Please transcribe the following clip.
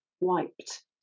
wiped